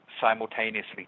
simultaneously